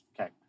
okay